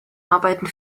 arbeiten